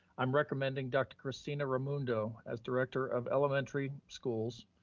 i'm recommending dr. cristina raimundo as director of elementary schools.